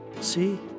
See